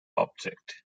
object